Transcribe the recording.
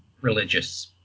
religious